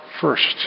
first